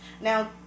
Now